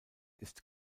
ist